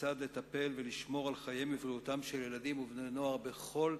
כיצד לטפל ולשמור על חייהם ובריאותם של ילדים ובני-נוער בכל